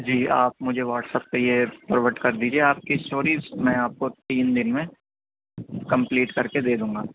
جی آپ مجھے واٹساپ پہ یہ فارورڈ کر دیجیے آپ کی اسٹوریز میں آپ کو تین دن میں کمپلیٹ کر کے دے دوں گا